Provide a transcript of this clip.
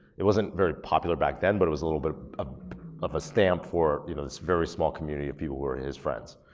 it wasn't very popular back then, but it was a little bit ah of a stamp for, you know, this very small community of people were his friends.